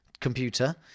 computer